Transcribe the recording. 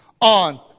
on